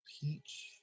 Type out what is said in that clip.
peach